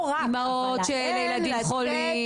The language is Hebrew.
אימהות לילדים חולים.